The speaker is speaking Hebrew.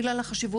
בגלל החשיבות.